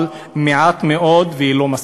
אבל מעטה מאוד, והיא לא מספקת.